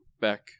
back